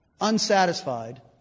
unsatisfied